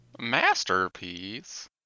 Masterpiece